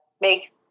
make